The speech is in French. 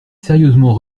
sérieusement